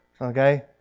Okay